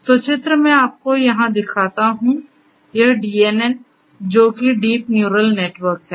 तो चित्र मैं आपको यहाँ दिखाता हूँ यह DNN जो कि डीप न्यूरल नेटवर्क है